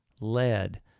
lead